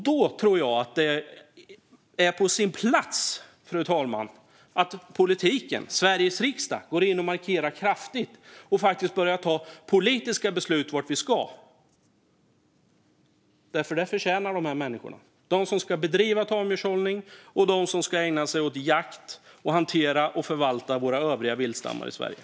Då tycker jag att det är på sin plats, fru talman, att politiken, Sveriges riksdag, går in och markerar kraftigt och börjar ta politiska beslut om vart vi ska. Det förtjänar dessa människor, de som ska bedriva tamdjurshållning och de som ska ägna sig åt jakt och hantera och förvalta våra övriga viltstammar i Sverige.